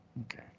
Okay